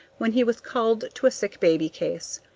when he was called to a sick baby case.